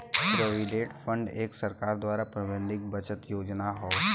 provident fund एक सरकार द्वारा प्रबंधित बचत योजना हौ